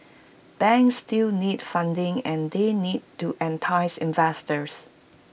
banks still need funding and they need to entice investors